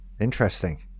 interesting